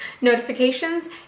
notifications